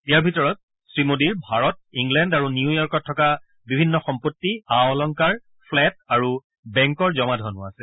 ইয়াৰ ভিতৰত শ্ৰীমোদীৰ ভাৰত ইংলেণ্ড আৰু নিউয়ৰ্কত থকা বিভিন্ন সম্পত্তি আ অলংকাৰ ফ্লেট আৰু বেংকৰ জমা ধনো আছে